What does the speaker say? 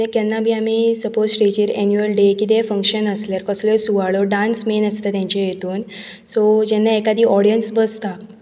केन्ना बी आमी सपोज स्टेजीर एन्युअल डे कितेंय फंक्शन आसल्यार कसलोय सुवाळो डांस मेन आसता तांचे हातून सो जेन्ना एकादी ऑडियन्स बसता